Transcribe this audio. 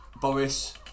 Boris